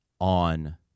on